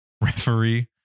referee